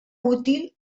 útil